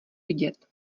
vidět